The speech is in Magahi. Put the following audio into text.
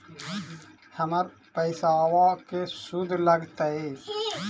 हमर पैसाबा के शुद्ध लगतै?